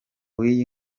w’iyi